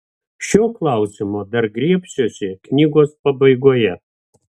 šio klausimo dar griebsiuosi knygos pabaigoje